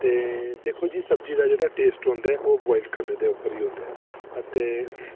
ते दिक्खो जी सब्जी दा जेह्ड़ा टेस्ट औंदा ऐ ओह् बोआइल करने दे उप्पर ई होंदा ऐ अते